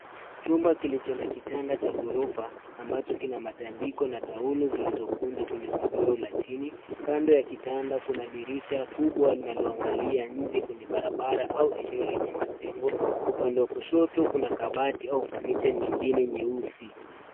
Chumba kilicho na kitanda cha ghorofa ambacho kina matandiko na taulo zilizokunjwa kwenye godoro la chini. Kando ya kitanda kuna dirisha kubwa linaloangalia nje kwenye barabara au eneo lenye majengo. Upande wa kushoto kuna kabati au fanicha nyingine nyeusi.